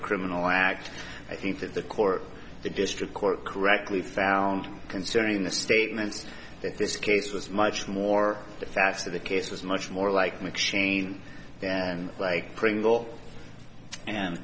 criminal act i think that the court the district court correctly found concerning the statements that this case was much more the facts of the case was much more like mcshane and like